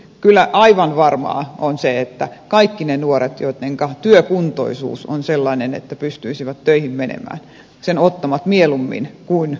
kyllä aivan varmaa on se että kaikki ne nuoret joittenka työkuntoisuus on sellainen että he pystyisivät töihin menemään sen työn ottavat mieluummin kuin pelkän toimeentulotuen